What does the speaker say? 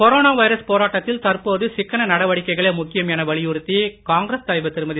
corona virus போராட்டத்தில் தற்போது சிக்கன நடவடிக்கைகளே முக்கியம் என வலியுறுத்தி காங்கிரஸ் தலைவர் திருமதி